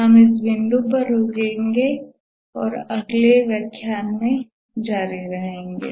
हम इस बिंदु पर रुकेंगे और अगले व्याख्यान में जारी रहेंगे